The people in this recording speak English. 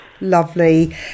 Lovely